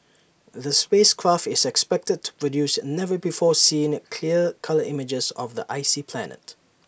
the space craft is expected to produce never before seen clear colour images of the icy planet